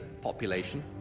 population